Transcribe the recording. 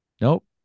nope